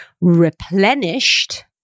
replenished